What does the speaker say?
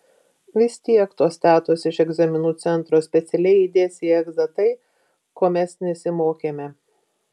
vis tiek tos tetos iš egzaminų centro specialiai įdės į egzą tai ko mes nesimokėme